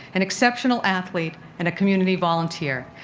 an exceptional athlete, and a community volunteer.